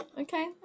okay